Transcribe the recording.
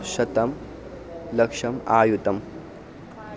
शतं लक्षम् अयुतम्